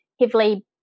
heavily